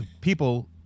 People